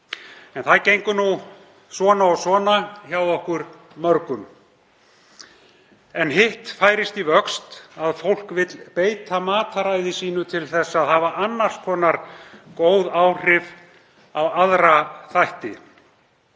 En það gengur nú svona og svona hjá okkur mörgum. En hitt færist í vöxt að fólk vill beita mataræði sínu til að hafa annars konar góð áhrif á aðra þætti.